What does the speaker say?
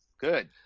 Good